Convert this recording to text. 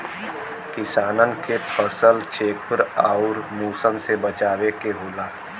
किसानन के फसल चेखुर आउर मुसन से बचावे के होला